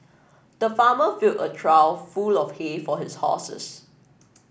the farmer filled a trough full of hay for his horses